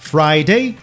Friday